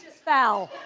fell.